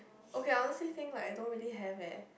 okay I honestly think like I don't really have eh